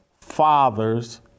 fathers